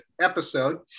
episode